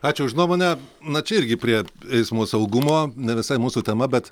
ačiū už nuomonę na čia irgi prie eismo saugumo ne visai mūsų tema bet